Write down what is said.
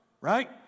right